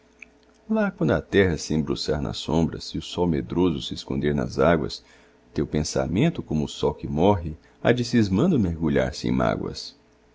lá quando a terra sembuçar nas sombras e o sol medroso sesconder nas águas teu pensamento como o sol que morre há de cismando mergulhar se em mágoas